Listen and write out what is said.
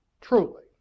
truly